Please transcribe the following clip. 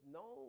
no